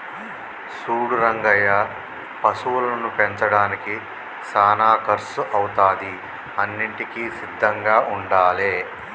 సూడు రంగయ్య పశువులను పెంచడానికి సానా కర్సు అవుతాది అన్నింటికీ సిద్ధంగా ఉండాలే